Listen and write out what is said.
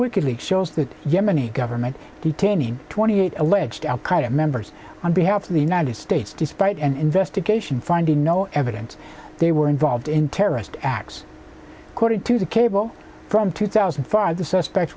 wiki leaks shows the yemeni government detaining twenty eight alleged al qaeda members on behalf of the united states despite an investigation finding no evidence they were involved in terrorist acts according to the cable from two thousand and five the suspects